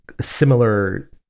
similar